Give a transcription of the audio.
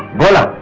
bhola